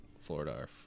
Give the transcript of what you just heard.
florida